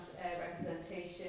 representation